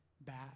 bad